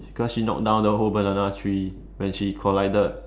cause she knock down the whole banana tree when she collided